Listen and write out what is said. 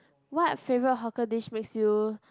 what favourite hawker dish makes you